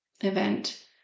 event